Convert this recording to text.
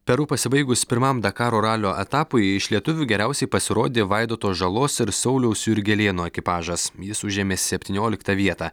peru pasibaigus pirmam dakaro ralio etapui iš lietuvių geriausiai pasirodė vaidoto žalos ir sauliaus jurgelėno ekipažas jis užėmė septynioliktą vietą